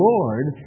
Lord